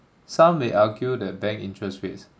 some may argue that bank interest rates